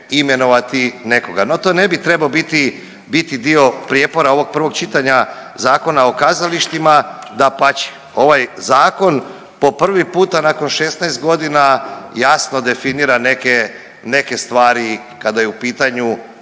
imenovati nekoga. No, to ne bi trebao biti, biti dio prijepora ovog prvog čitanja Zakona o kazalištima, dapače ovaj zakon po prvi puta nakon 16 godina jasno definira neke, neke stvari kada je u pitanju